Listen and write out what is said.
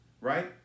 right